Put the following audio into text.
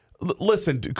listen